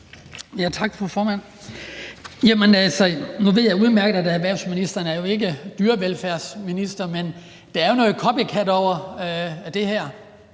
Nu ved jeg udmærket, at erhvervsministeren ikke er dyrevelfærdsminister, men der er jo noget copycat over det her